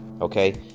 okay